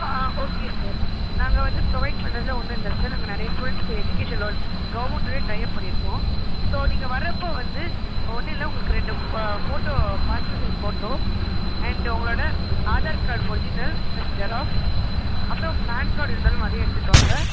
okay sir நாங்கள் வந்து provide பண்ணுறதுல ஒன்றும் இல்லை சார் நாங்கள் நிறைய ஸ்டுடென்ட்ஸ்க்கு எஜிக்கேஷனல் லோன் கவர்மெண்ட்லையே டையப் பண்ணியிருக்கோம் ஸோ நீங்கள் வர்றப்போ வந்து ஒன்றும் இல்லை உங்களுக்கு ரெண்டு photo passport size photo and உங்களுடைய Aadhaar card original plus xerox அப்புறம் பான் கார்டு இருந்தாலும் அதையும் எடுத்துகிட்டு வாங்க